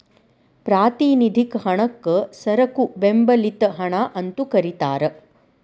ಪ್ರಾತಿನಿಧಿಕ ಹಣಕ್ಕ ಸರಕು ಬೆಂಬಲಿತ ಹಣ ಅಂತೂ ಕರಿತಾರ